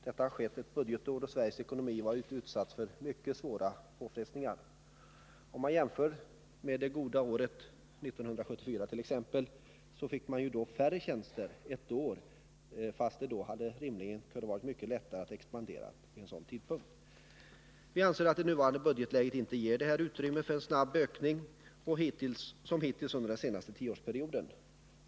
Detta har skett ett budgetår då Sveriges ekonomi varit utsatt för mycket svåra påfrestningar. Om man jämför med det goda året 1974 t.ex., finner man att AMS fick färre tjänster ett sådant år, fast det då rimligen kunde ha varit mycket lättare att expandera. Vi anser att det nuvarande budgetläget inte ger utrymme för samma snabba ökning som hittills under den senaste tioårsperioden.